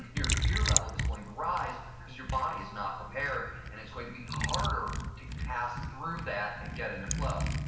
your fear level is going to rise because your body is not prepared. and it's going to be harder to pass through that and get into flow.